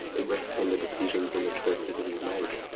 it rests on the decisions and the choices we make.